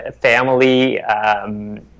family